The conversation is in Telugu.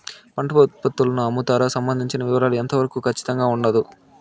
పంట ఉత్పత్తుల అమ్ముతారు సంబంధించిన వివరాలు ఎంత వరకు ఖచ్చితంగా ఉండదు?